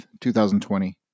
2020